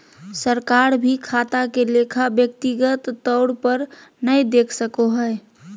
सरकार भी खाता के लेखा व्यक्तिगत तौर पर नय देख सको हय